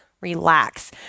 relax